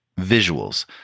visuals